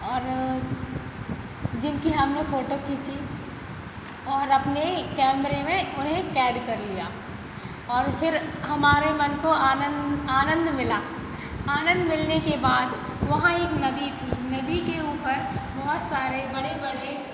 और जिनकी हमने फोटो खींची और अपने कैमरे में उन्हें कैद कर लिया और फिर हमारे मन को आनन आनंद मिला आनंद मिलने के बाद वहाँ एक नदी थी नदी के ऊपर बहुत सारे बड़े बड़े